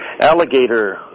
Alligator